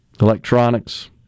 electronics